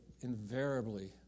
invariably